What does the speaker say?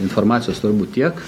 informacijos turbūt tiek